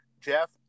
Jeff